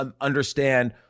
understand